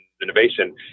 Innovation